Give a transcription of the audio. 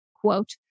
quote